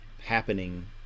happening